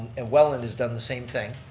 and wellen has done the same thing.